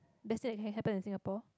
best thing that can happen in Singapore